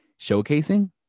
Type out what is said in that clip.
showcasing